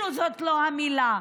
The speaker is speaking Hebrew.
זאת אפילו לא המילה,